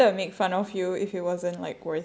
I wanted to make fun of you if it wasn't like worth